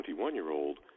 21-year-old